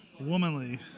Womanly